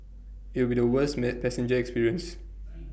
IT would be the worst met passenger experience